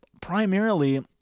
primarily